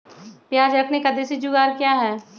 प्याज रखने का देसी जुगाड़ क्या है?